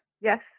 Yes